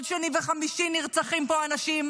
כל שני וחמישי נרצחים פה אנשים,